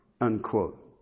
Unquote